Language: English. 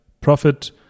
profit